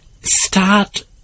start